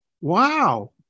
Wow